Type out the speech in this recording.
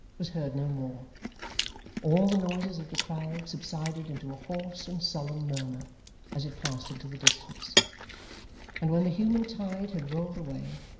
was heard no more all the noises of the crowd subsided into a hoarse and sullen murmur as it passed into the distance and when the human tide had rolled away,